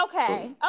Okay